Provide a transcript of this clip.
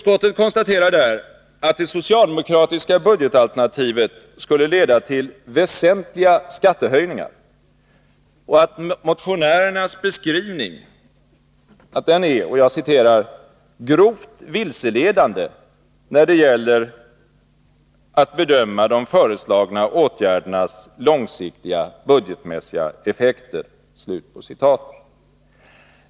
Utskottet konstaterar där att det socialdemokratiska budgetalternativet skulle leda till väsentliga skattehöjningar och att motionärernas beskrivning är ”grovt vilseledande när det gäller att bedöma de föreslagna åtgärdernas långsiktiga budgetmässiga effekter”.